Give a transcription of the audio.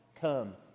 come